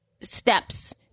steps